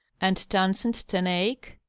and townsend ten eyck?